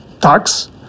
tax